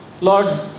Lord